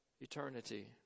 eternity